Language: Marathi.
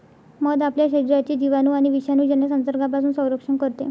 मध आपल्या शरीराचे जिवाणू आणि विषाणूजन्य संसर्गापासून संरक्षण करते